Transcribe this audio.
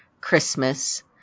Christmas